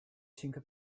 cinque